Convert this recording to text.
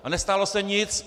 A nestalo se nic.